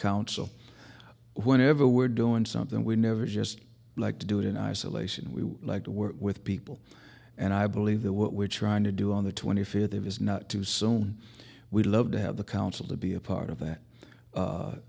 council whenever we're doing something we never just like to do it in isolation we like to work with people and i believe that what we're trying to do on the twenty fifth of is not too soon we'd love to have the council to be a part of that